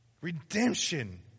Redemption